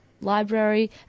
Library